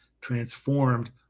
transformed